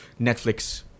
Netflix